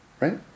Right